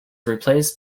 replaced